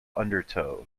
undertow